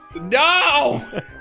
No